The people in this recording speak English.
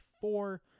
four